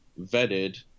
vetted